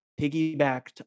piggybacked